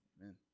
Amen